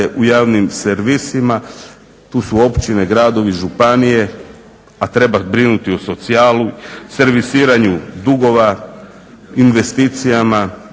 u javnim servisima, tu su općine, gradovi, županije, a treba brinuti o socijali, servisiranju dugova, investicijama,